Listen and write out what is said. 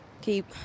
keep